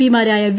P മാരായ V